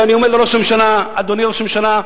ואני אומר לראש הממשלה: אדוני ראש הממשלה,